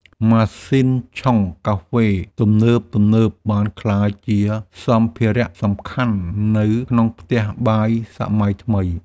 ម៉ាស៊ីនឆុងកាហ្វេទំនើបៗ បានក្លាយជាសម្ភារៈសំខាន់នៅក្នុងផ្ទះបាយសម័យថ្មី។